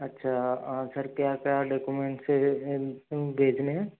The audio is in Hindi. अच्छा सर क्या क्या डाक्यूमेंट्स भेजने